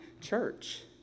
church